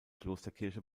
klosterkirche